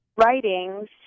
writings